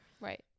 right